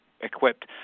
equipped